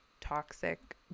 toxic